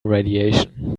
radiation